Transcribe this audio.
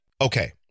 Okay